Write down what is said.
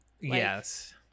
Yes